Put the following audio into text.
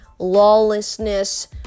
lawlessness